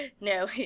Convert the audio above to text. No